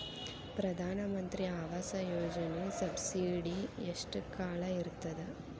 ಪ್ರಧಾನ ಮಂತ್ರಿ ಆವಾಸ್ ಯೋಜನಿ ಸಬ್ಸಿಡಿ ಎಷ್ಟ ಕಾಲ ಇರ್ತದ?